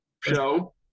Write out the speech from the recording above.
show